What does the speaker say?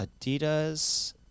Adidas